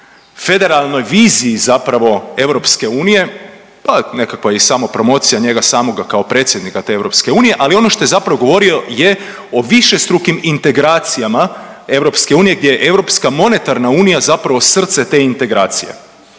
federalnoj viziji zapravo EU. To je i nekakva samo promocija njega samoga kao predsjednika te EU, ali ono što je zapravo govorio je o višestrukim integracijama EU gdje je europska monetarna unija zapravo srce te integracije.